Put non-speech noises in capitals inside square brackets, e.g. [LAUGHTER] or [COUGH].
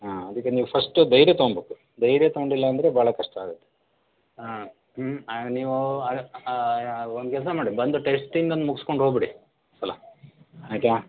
ಹಾಂ ಅದಕ್ಕೆ ನೀವು ಫಶ್ಟ್ ಧೈರ್ಯ ತೊಗೊಳ್ಬೇಕು ಧೈರ್ಯ ತೊಗೊಂಡಿಲ್ಲ ಅಂದರೆ ಭಾಳ ಕಷ್ಟ ಆಗುತ್ತೆ ಹಾಂ ಹ್ಞೂ ಆಗ ನೀವು ಅಲ್ಲಿ ಒಂದು ಕೆಲಸ ಮಾಡಿ ಬಂದು ಟೆಶ್ಟಿಂದೊಂದು ಮುಗಿಸ್ಕೊಂಡು ಹೋಬಿಡಿ ಸಲ [UNINTELLIGIBLE]